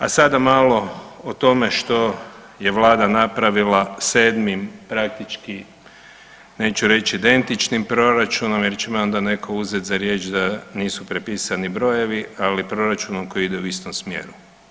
A sada malo o tome što je Vlada napravila sedmim praktički neću reći identičnim proračunom, jer će me onda netko uzet za riječ da nisu prepisani brojevi, ali proračunom koji ide u istom smjeru.